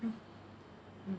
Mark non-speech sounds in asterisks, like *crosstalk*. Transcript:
*noise*